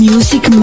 Music